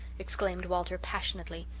exclaimed walter passionately.